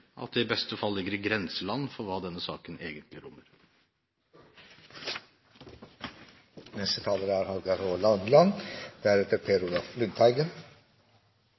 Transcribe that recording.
at det i beste fall ligger i grenseland for hva denne saken egentlig rommer.